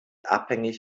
abhängig